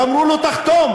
ואמרו לו תחתום,